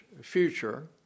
future